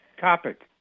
topic